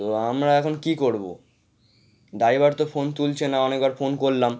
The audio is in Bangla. তো আমরা এখন কী করবো ড্রাইভার তো ফোন তুলছে না অনেকবার ফোন করলাম